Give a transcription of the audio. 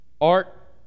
art